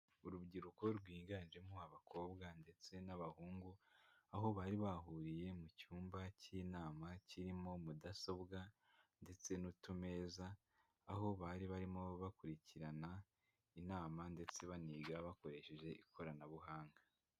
Urubyiruko rwiganjemo abakobwa ndetse n'abahungu, aho bari bahuriye mu cyumba cy'inama kirimo mudasobwa ndetse n'utumeza, aho bari barimo bakurikirana inama ndetse baniga bakoresheje ikoranabuhanga.